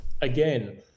Again